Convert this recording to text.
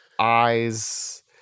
eyes